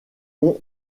ont